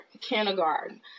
kindergarten